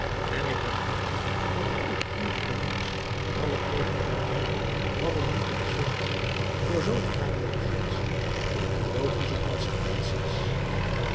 en ik begreep dat ook hier allengs alle tegenwerpingen hadden moeten zwichten voor zoogenaamde beginselen en logische consequentiën